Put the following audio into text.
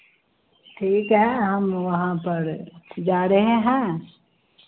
ठीक है हम वहाँ पर जा रहे हैं